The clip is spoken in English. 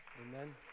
Amen